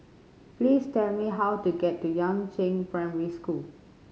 please tell me how to get to Yangzheng Primary School